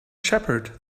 shepherd